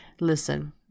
Listen